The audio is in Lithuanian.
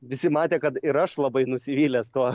visi matė kad ir aš labai nusivylęs tuo